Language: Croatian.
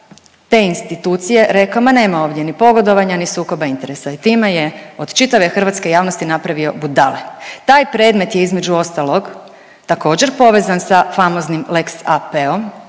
te institucije rekao ma nema ovdje ni pogodovanja, ni sukoba interesa i time je od čitave hrvatske javnosti napravio budale. Taj predmet je između ostalog također povezan sa famoznim lex AP-om